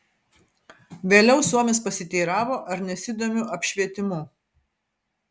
vėliau suomis pasiteiravo ar nesidomiu apšvietimu